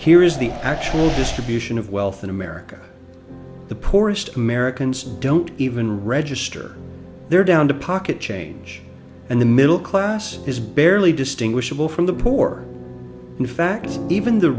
is the actual distribution of wealth in america the poorest americans don't even register their down to pocket change and the middle class is barely distinguishable from the poor in fact even the